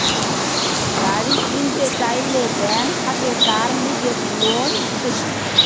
গাড়ি কিনতে চাইলে বেঙ্ক থাকে তার লিগে লোন দিতেছে